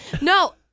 No